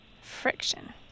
Friction